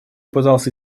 пытался